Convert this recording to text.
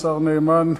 השר נאמן,